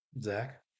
Zach